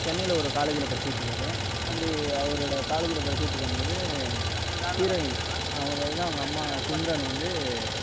சென்னையில் ஒரு காலேஜில் படித்துக்கிட்ருக்காரு அப்படி அவரோட காலேஜில் படித்துகிட்ருக்கும்போது ஹீரோயின் அதாவது அவங்க அம்மா சிம்ரன் வந்து